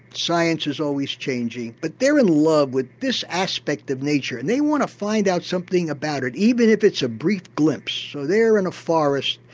science is always changing but they're in love with this aspect of nature. and they want to find out something about it, even if it's a brief glimpse. so they're in a forest,